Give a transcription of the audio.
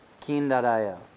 Keen.io